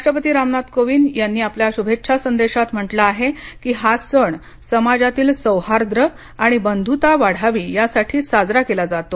राष्ट्रपती रामनाथ कोविंद आपल्या शुभेच्चा संदेशात म्हणाले की हा सण समाजातील सौहार्द्र आणि बंधुता वाढावी यासाठी साजरा केला जातो